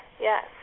yes